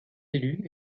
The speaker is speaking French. élu